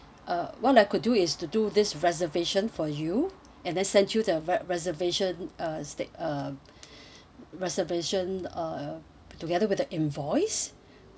uh what I could do is to do this reservation for you and then send you the re~ reservation uh stick uh reservation uh together with the invoice